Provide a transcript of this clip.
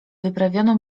wyprawiono